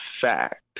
fact